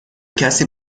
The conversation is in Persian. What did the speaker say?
کسی